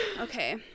Okay